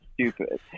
stupid